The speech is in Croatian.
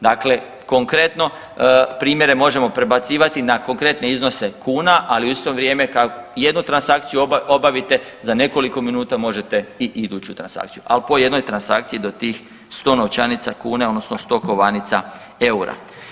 Dakle, konkretno, primjere možemo prebacivati na konkretne iznose kuna, ali u isto vrijeme, kad jednu transakciju obavite, za nekoliko minuta možete i iduću transakciju, ali po jednoj transakciji do tih 100 novčanica kune, odnosno 100 kovanica eura.